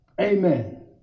Amen